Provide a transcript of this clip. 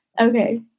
Okay